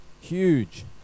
Huge